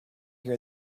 hear